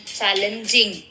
challenging